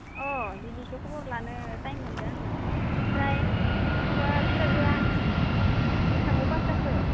अ दिनैसो खबर लानो टाइम मोन्दो आङो ओमफ्राय नोंसा फिसाजोआ बेसाङाव पास जाखो